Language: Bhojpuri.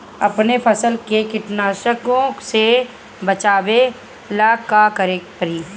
अपने फसल के कीटनाशको से बचावेला का करे परी?